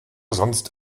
sonst